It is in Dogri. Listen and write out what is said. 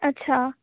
अच्छा